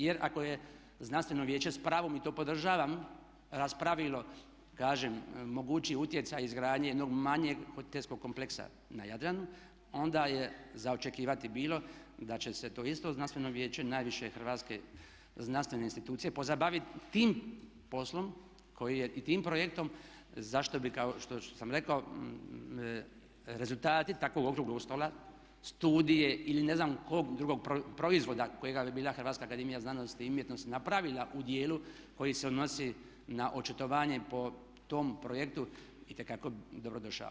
Jer ako je znanstveno vijeće s pravom, i to podržavam raspravilo kažem mogući utjecaj izgradnje jednog manjeg hotelskog kompleksa na Jadranu, onda je za očekivati bilo da će se to isto znanstveno vijeće najviše hrvatske znanstvene institucije pozabavit tim poslom koji je i tim projektom zašto bi kao što sam rekao rezultati takvog okruglog stola, studije ili ne znam kog drugog proizvoda kojega je bila Hrvatska akademija znanosti i umjetnosti napravila u dijelu koji se odnosi na očitovanje po tom projektu itekako bi dobro došao.